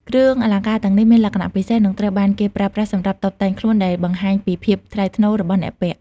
គ្រឿងអលង្ការទាំងនេះមានលក្ខណៈពិសេស និងត្រូវបានគេប្រើប្រាស់សម្រាប់តុបតែងខ្លួន ដែលបង្ហាញពីភាពថ្លៃថ្នូររបស់អ្នកពាក់។